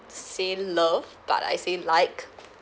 say love but I say like